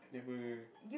never